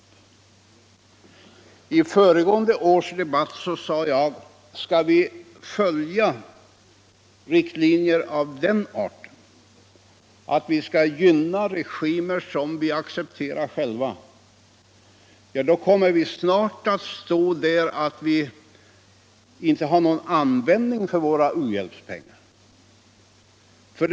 I föregående års debatt sade jag: Skall vi följa riktlinjerna att gynna regimer som vi själva accepterar, kommer vi snart att inte ha någon användning för våra: u-hjälpspengar.